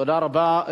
תודה רבה.